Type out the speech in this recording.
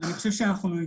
אני חושב שהצגנו